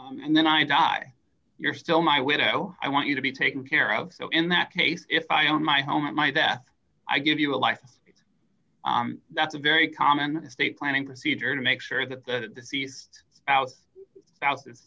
and then i die you're still my widow i want you to be taken care of so in that case if i own my home and my death i give you a life that's a very common state planning procedure to make sure that the deceased out out